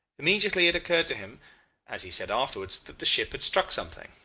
immediately it occurred to him as he said afterwards that the ship had struck something,